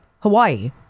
Hawaii